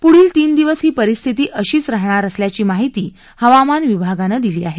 पुढील तीन दिवस ही परिस्थिती अशीच राहणार असल्याची माहिती हवामान खात्यानं दिली आहे